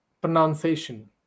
pronunciation